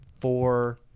four